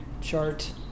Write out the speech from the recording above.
chart